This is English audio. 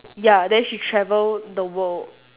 ya then she travel the world